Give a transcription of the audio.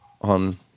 on